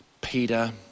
Peter